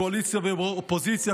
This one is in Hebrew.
קואליציה ואופוזיציה,